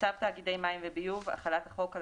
"צו תאגידי מים וביוב (החלת החוק על